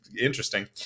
interesting